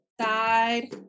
Side